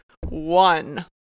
one